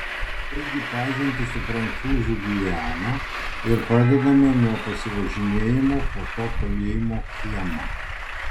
taigi pažintį su prancūzų gviana ir pradedame nuo pasivažinėjimo po to kalėjimo kiemą